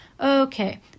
Okay